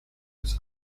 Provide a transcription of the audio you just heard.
its